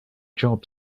job